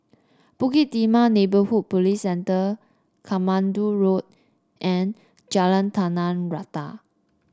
Bukit Timah Neighbourhood Police Centre Katmandu Road and Jalan Tanah Rata